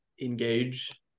engage